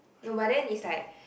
no but then it's like